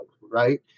right